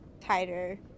tighter